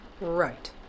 Right